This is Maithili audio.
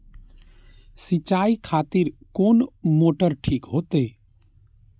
सीचाई खातिर कोन मोटर ठीक होते?